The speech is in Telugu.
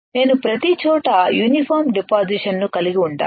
నేను ప్రతిచోటా యూనిఫామ్ డిపాసిషన్ ను కలిగి ఉండాలి